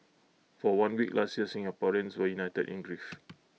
for one week last year Singaporeans were united in grief